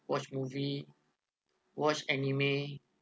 watch movie watch anime